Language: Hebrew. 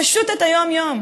פשוט את היום-יום.